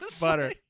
butter